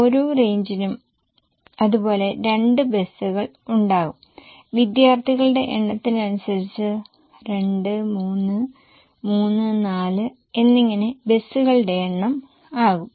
ഓരോ റേഞ്ചിനും അതുപോലെ 2 ബസുകൾ ഉണ്ടാകും വിദ്യാർത്ഥികളുടെ എണ്ണത്തിനനുസരിച്ച് 2 3 3 4 എന്നിങ്ങനെ ബസുകളുടെ എണ്ണം ആകും